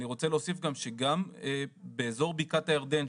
אני רוצה להוסיף גם שגם באזור בקעת הירדן,